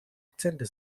akzente